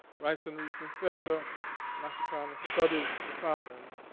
rites and reason theatre in africana studies department.